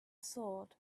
sword